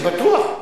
אני בטוח.